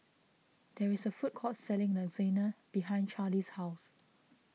there is a food court selling Lasagna behind Charly's house